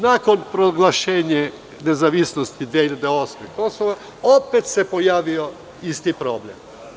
Nakon proglašenja nezavisnosti Kosova 2008. godine opet se pojavio isti problem.